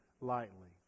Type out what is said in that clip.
lightly